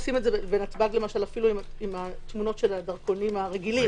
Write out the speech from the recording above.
עושים את זה בנתב"ג אפילו עם התמונות של הדרכונים הרגילים